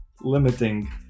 limiting